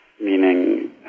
meaning